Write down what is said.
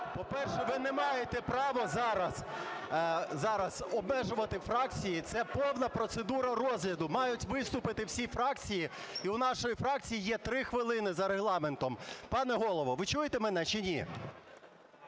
По-перше, ви не маєте право зараз обмежувати фракції, це повна процедура розгляду. Мають виступити всі фракції, і у нашої фракції є 3 хвилини за Регламентом. Пане Голово, ви чуєте мене чи ні?